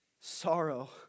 sorrow